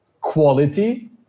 quality